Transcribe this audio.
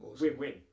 win-win